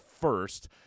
first